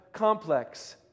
complex